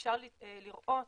אפשר לראות